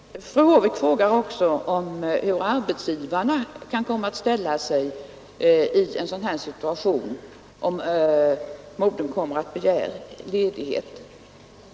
Fru Håvik frågar också hur arbetsgivarna kan komma att ställa sig i en sådan här situation, om modern begär ledighet.